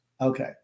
Okay